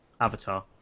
Avatar